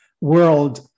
world